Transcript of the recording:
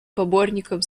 поборником